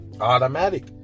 Automatic